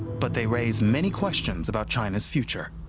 but they raise many questions about china's future.